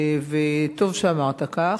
וטוב שאמרת כך.